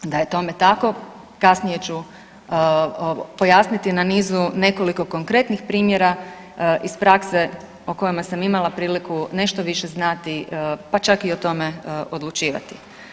Da je tome tako kasnije ću pojasniti na nizu nekoliko konkretnih primjera iz prakse o kojima sam imala priliku nešto više znati, pa čak i o tome odlučivati.